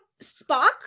Spock